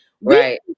right